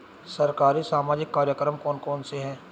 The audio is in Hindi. सरकारी सामाजिक कार्यक्रम कौन कौन से हैं?